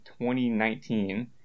2019